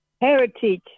heritage